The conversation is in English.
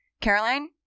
Caroline